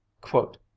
Quote